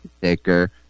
thicker